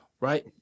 right